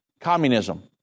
communism